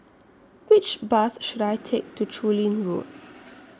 Which Bus should I Take to Chu Lin Road